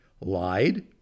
lied